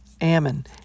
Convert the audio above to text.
Ammon